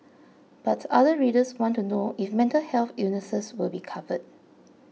but other readers want to know if mental health illnesses will be covered